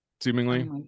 seemingly